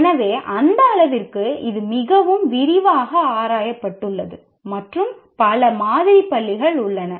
எனவே அந்த அளவிற்கு இது மிகவும் விரிவாக ஆராயப்பட்டுள்ளது மற்றும் பல மாதிரி பள்ளிகள் உள்ளன